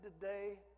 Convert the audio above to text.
today